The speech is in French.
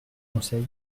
conseil